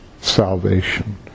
salvation